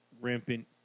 rampant